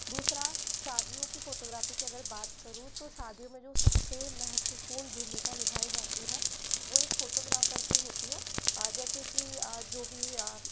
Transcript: दूसरा शादियों की फोटोग्राफी की अगर बात करूँ तो शादियों में जो सब से महत्वपूर्ण भूमिका निभाई जाती है वो एक फोटोग्राफर की होती है और जैसे कि जो भी